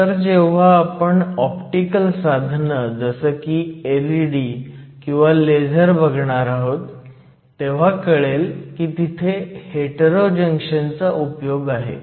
नंतर जेव्हा आपण ऑप्टिकल साधनं जसं की LED किंवा लेझर बघणार आहोत तेव्हा कळेल की तिथे हेटेरो जंक्शन चा उपयोग आहे